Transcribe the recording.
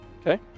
Okay